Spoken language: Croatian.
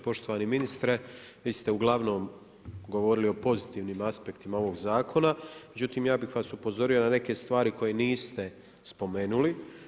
Poštovani ministre, vi ste uglavnom govorili o pozitivnim aspektima ovog zakona, međutim, ja bi vas upozorio na neke stvari koje niste spomenuli.